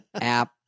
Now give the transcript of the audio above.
app